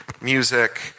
music